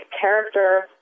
character